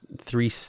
three